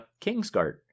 Kingsguard